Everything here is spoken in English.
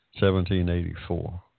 1784